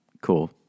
Cool